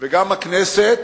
וגם הכנסת